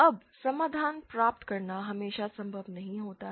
अब समाधान प्राप्त करना हमेशा संभव नहीं होता है